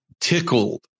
tickled